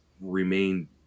remain